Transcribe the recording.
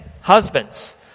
husbands